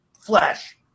flesh